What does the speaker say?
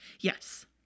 Yes